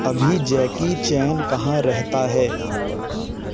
अभी Jackie Chan कहाँ रहता है